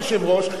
אדוני היושב-ראש,